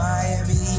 Miami